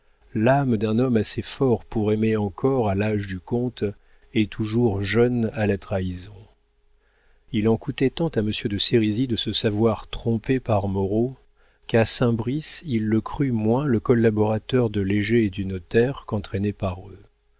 l'âme d'un homme assez fort pour aimer encore à l'âge du comte est toujours jeune à la trahison il en coûtait tant à monsieur de sérisy de se savoir trompé par moreau qu'à saint brice il le crut moins le collaborateur de léger et du notaire qu'entraîné par eux